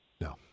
No